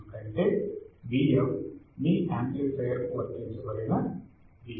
ఎందుకంటే Vf మీ amplifier కు వర్తించబడిన Vs